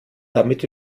damit